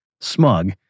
smug